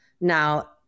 now